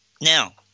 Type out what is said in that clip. now